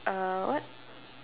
uh what